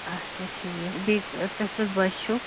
اچھا ٹھیٖک بیٚیہِ تۄہہِ کٔژ بَچہٕ چھِو